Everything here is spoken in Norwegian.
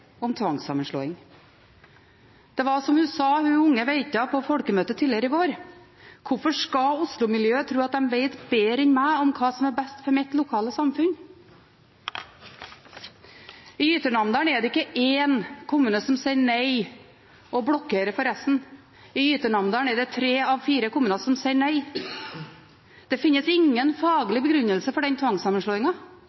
om tvangssammenslåing. Det var som hun sa, den unge veikja på folkemøtet tidligere i vår: Hvorfor skal Oslo-miljøet tro at de vet bedre enn meg hva som er best for mitt lokale samfunn? I Ytre Namdal er det ikke én kommune som sier nei og blokkerer for resten; i Ytre Namdal er det tre av fire kommuner som sier nei. Det finnes ingen